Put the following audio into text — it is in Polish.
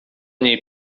niej